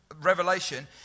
Revelation